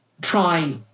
try